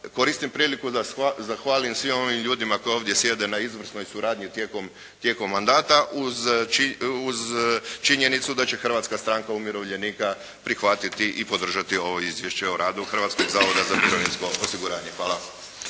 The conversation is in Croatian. Koristim priliku da zahvalim svim ovim ljudima koji ovdje sjede na izvrsnoj suradnji tijekom mandata uz činjenicu da će Hrvatska stranka umirovljenika prihvatiti i podržati ovo izvješće o radu Hrvatskog zavoda za mirovinsko osiguranje. Hvala.